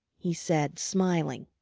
he said smiling.